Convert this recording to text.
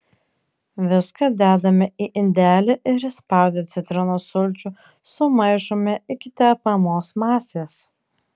viską dedame į indelį ir įspaudę citrinos sulčių sumaišome iki tepamos masės